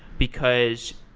because,